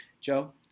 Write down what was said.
Joe